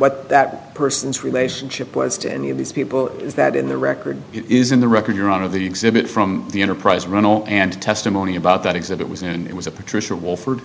what that person's relationship was to any of these people is that in the record is in the record your honor the exhibit from the enterprise runnel and testimony about that exhibit was in it was a patricia wilford